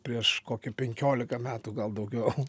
prieš kokį penkiolika metų gal daugiau